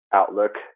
outlook